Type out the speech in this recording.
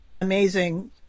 amazing